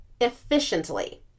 efficiently